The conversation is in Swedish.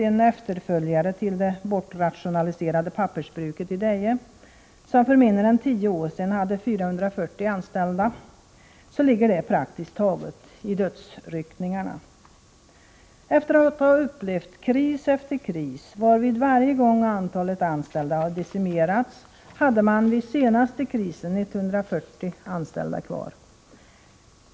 en efterföljare till det bortrationaliserade pappersbruket i Deje, som för mindre än tio år sedan hade 440 anställda — ligger praktiskt taget i dödsryckningar. Efter att ha upplevt kris efter kris, varvid varje gång antalet anställda har decimerats, hade man vid den senaste krisen 140 anställda kvar.